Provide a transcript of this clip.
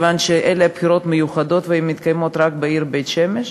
מכיוון שאלה בחירות מיוחדות והן מתקיימות רק בעיר בית-שמש.